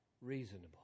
reasonable